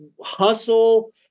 hustle